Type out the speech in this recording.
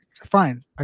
fine